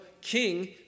king